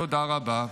תודה רבה.